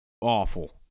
awful